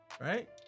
right